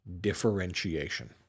differentiation